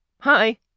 Hi